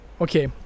Okay